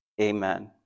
Amen